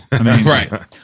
Right